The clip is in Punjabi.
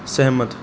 ਸਹਿਮਤ